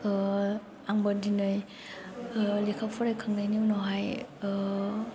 आंबो दिनै लेखा फरायखांनायनि उनावहाय